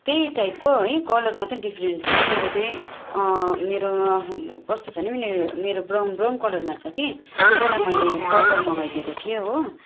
त्यही टाइपको है कलर मात्रै डिफ्रेन्ट छ मेरो चाहिँ मेरो कस्तो छ भने मेरो ब्राउन ब्राउन कलरमा छ कि तँलाई मैले पर्पल मगाइदिएको थिएँ हो